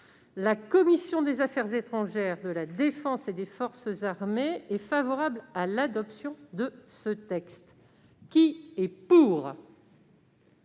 La commission des affaires étrangères, de la défense et des forces armées est favorable à l'adoption de ce texte. L'ordre du